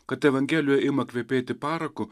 kad evangelija ima kvepėti paraku